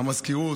המזכירות,